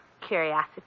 Curiosity